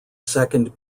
second